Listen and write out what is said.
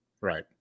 Right